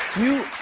you.